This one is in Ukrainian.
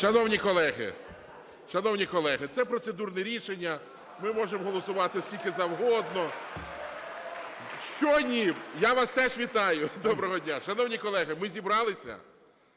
Шановні колеги, це процедурне рішення, ми можемо голосувати скільки завгодно. (Оплески) Що ні? Я вас теж вітаю. Доброго дня. Шановні колеги, ми зібралися?